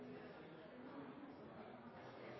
det skal